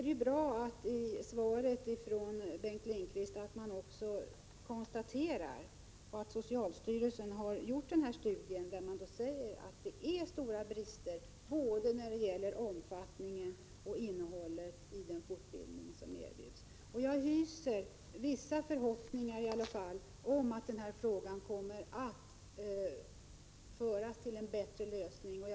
Det är bra att det i svaret från Bengt Lindqvist konstateras att socialstyrelsen har gjort en studie, av vilken det framgår att fortbildningen har stora brister när det gäller både omfattningen och innehållet. Jag hyser i varje fall vissa förhoppningar om att man kommer att se till att det blir en bättre lösning i detta avseende.